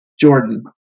Jordan